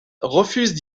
refusent